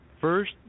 first